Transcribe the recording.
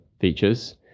features